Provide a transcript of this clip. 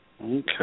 Okay